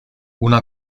una